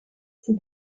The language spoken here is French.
ces